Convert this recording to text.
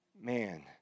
man